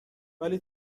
ولی